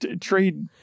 trade